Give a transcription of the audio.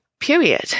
period